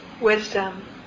wisdom